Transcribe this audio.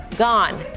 gone